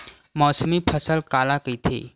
मौसमी फसल काला कइथे?